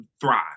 thrive